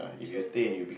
true true